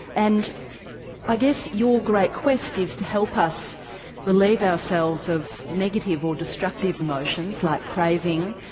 and i guess your great quest is to help us relieve ourselves of negative or destructive emotions like craving,